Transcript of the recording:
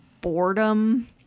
boredom